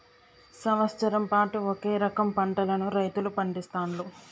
సంవత్సరం పాటు ఒకే రకం పంటలను రైతులు పండిస్తాండ్లు